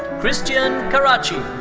christian caracci.